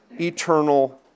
eternal